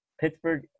Pittsburgh